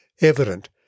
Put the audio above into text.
evident